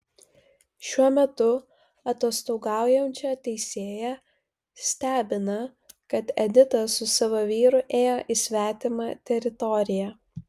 šiuo metu atostogaujančią teisėją stebina kad edita su savo vyru ėjo į svetimą teritoriją